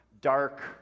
dark